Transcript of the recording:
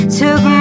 took